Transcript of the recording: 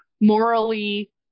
morally